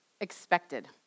expected